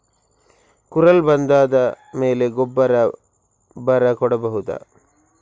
ಕುರಲ್ ಬಂದಾದ ಮೇಲೆ ಗೊಬ್ಬರ ಬರ ಕೊಡಬಹುದ?